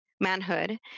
manhood